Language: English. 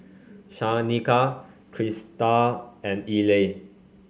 Shanika Christal and Eli